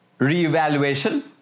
re-evaluation